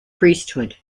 priesthood